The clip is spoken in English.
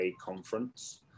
conference